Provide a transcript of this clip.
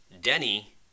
Denny